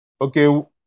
Okay